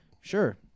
Sure